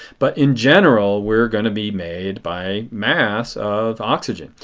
but in general we are going to be made by mass of oxygen.